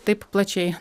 taip plačiai